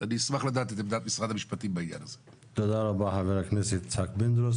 תודה רבה חברת הכנסת עאידה תומא סלימאן.